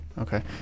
Okay